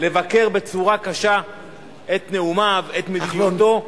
לבקר בצורה קשה את נאומיו, את מדיניותו,